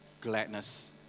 gladness